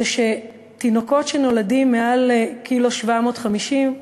הוא שתינוקות שנולדים במשקל מעל 1.750 ק"ג,